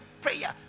prayer